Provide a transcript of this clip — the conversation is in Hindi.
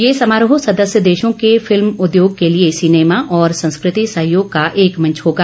यह समारोह सदस्य देशों के फिल्म उद्योग के लिए सिनेमा और संस्कृति सहयोग का एक मंच होगा